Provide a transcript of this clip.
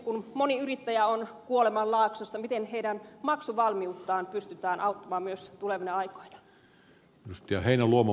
kun moni yrittäjä nyt on kuolemanlaaksossa miten heidän maksuvalmiuttaan pystytään auttamaan myös tulevina aikoina